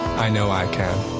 i know i can.